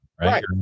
Right